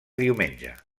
diumenge